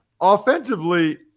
Offensively